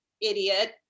idiot